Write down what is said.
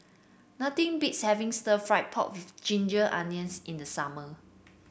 nothing beats having stir fry pork with Ginger Onions in the summer